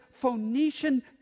Phoenician